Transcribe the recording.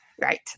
Right